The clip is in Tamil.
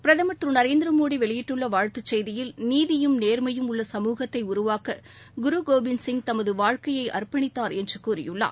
பிரதமர் திருநரேந்திரமோடிவெளியிட்டுள்ளவாழ்த்துச் செய்தியில் நீதியும் நேர்மையும் உள்ள சமூகத்தைஉருவாக்க குரு கோவிந்த் சிய் தமதுவாழ்க்கையைஅர்ப்பணித்தார் என்றுகூறியுள்ளார்